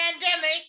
pandemic